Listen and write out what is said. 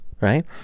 right